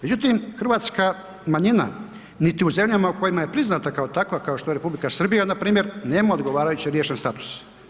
Međutim, hrvatska manjina niti u zemljama u kojima je priznata kao takva kao što je Republika Srbija npr., nema odgovarajuće riješen status.